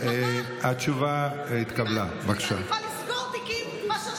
לא יסגרו תיקים.